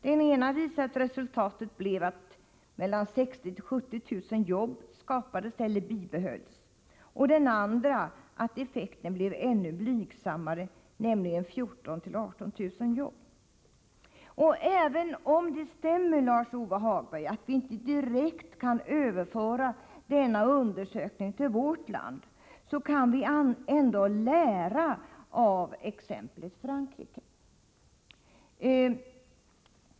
Den ena visar att resultatet blev att 60 000-70 000 jobb skapades eller bibehölls, den andra att effekten blev ännu blygsammare, nämligen 14 000-18 000 jobb. Och även om det stämmer, Lars-Ove Hagberg, att vi inte direkt kan överföra dessa undersökningsresultat till vårt land, kan vi ändå lära av exemplet Frankrike.